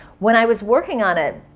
when i was working on it,